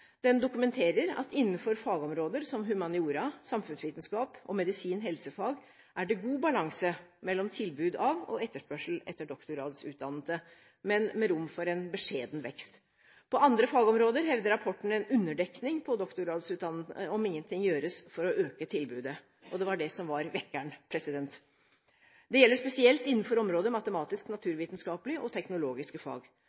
Den dokumenterer at innenfor fagområder som humaniora, samfunnsvitenskap og medisin/helsefag er det god balanse mellom tilbud av og etterspørsel etter doktorgradsutdannede, men med rom for en beskjeden vekst. På andre fagområder hevder rapporten en underdekning på doktorgradsutdannede om ingenting gjøres for å øke tilbudet. Det var det som var vekkeren. Det gjelder spesielt innenfor området matematisk-naturvitenskapelige og teknologiske fag.